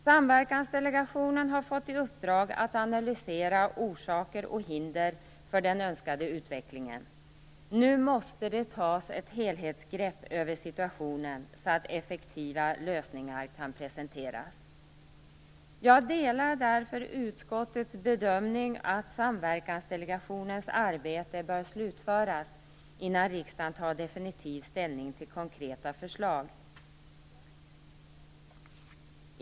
Samverkansdelegationen har fått i uppdrag att analysera orsaker och hinder för den önskade utvecklingen. Nu måste det tas ett helhetsgrepp om situationen så att effektiva lösningar kan presenteras. Jag delar därför utskottets bedömning att Samverkansdelegationens arbete bör slutföras innan riksdagen definitivt tar ställning till konkreta förslag.